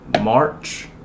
March